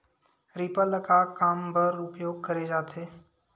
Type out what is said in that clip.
Reaper ल का काम बर उपयोग करे जाथे?